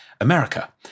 America